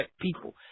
people